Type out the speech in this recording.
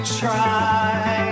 try